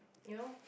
you know